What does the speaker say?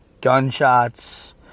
gunshots